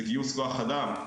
זה גיוס כוח אדם,